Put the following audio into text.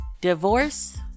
Divorce